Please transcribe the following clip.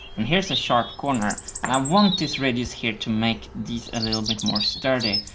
and here's a sharp corner and i want this radius here to make these a little bit more sturdy.